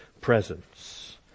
presence